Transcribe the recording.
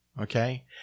Okay